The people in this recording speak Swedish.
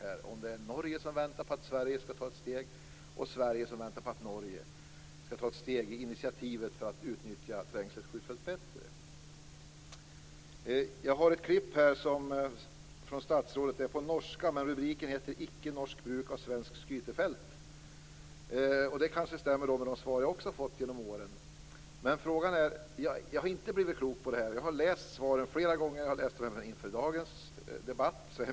Är det Norge som väntar på att Sverige skall ta ett steg och Sverige som väntar på att Norge skall ta ett steg, ta initiativet för att utnyttja Jag har här ett urklipp med statsrådet. Det är på norska och rubriken är: Ikke norsk bruk av svensk skytefelt. Det stämmer kanske med de svar jag också har fått genom åren. Men jag har inte blivit klok på det här. Jag har läst svaren flera gånger även inför dagens debatt.